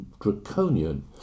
draconian